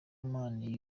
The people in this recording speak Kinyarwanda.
man